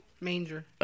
Manger